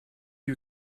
you